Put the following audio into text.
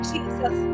Jesus